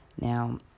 Now